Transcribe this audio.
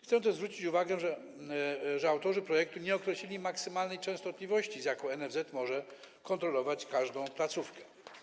Chcę też zwrócić uwagę, że autorzy projektu nie określili maksymalnej częstotliwości, z jaką NFZ może kontrolować każdą placówkę.